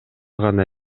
гана